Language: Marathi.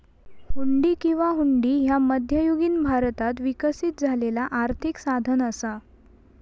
हुंडी किंवा हुंडी ह्या मध्ययुगीन भारतात विकसित झालेला आर्थिक साधन असा